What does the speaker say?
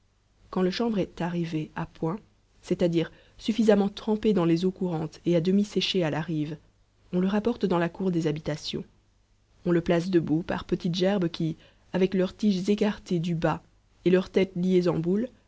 quand le chanvre est arrivé à point c'est-à-dire suffisamment trempé dans les eaux courantes et à demi séché à la rive on le rapporte dans la cour des habitations on le place debout par petites gerbes qui avec leurs tiges écartées du bas et leurs têtes liées en boules